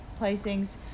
placings